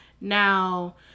now